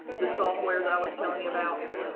the software that i was telling you about?